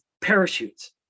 parachutes